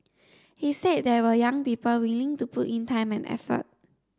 he said there were young people willing to put in time and effort